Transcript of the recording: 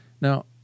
Now